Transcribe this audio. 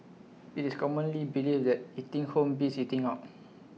IT is commonly believed that eating home beats eating out